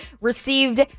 received